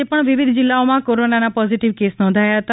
આજે પણ વિવિધ જીલ્લાઓમાં કોરોનાના પોઝીટીવ કેસો નોંધાયા છે